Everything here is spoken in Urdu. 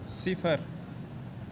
صفر